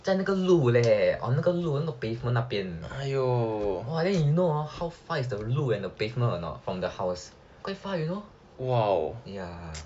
在那个路 leh on 那个路那个 pavement 那边 !wah! then you know how far is the 路 and the pavement or not from the house quite far you know ya